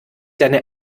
deine